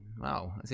Wow